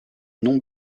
non